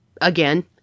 again